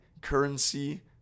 Currency